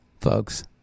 folks